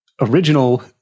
original